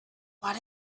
what